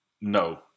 no